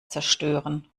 zerstören